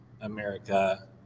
America